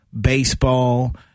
baseball